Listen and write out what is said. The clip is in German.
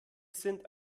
sind